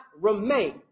remain